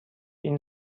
این